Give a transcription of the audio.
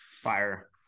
fire